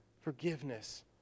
forgiveness